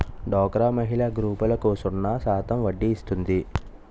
డోక్రా మహిళల గ్రూపులకు సున్నా శాతం వడ్డీ ఇస్తుంది